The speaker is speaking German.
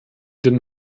den